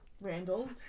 Randall